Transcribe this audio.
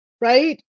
right